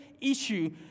issue